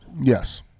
Yes